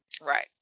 Right